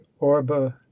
orba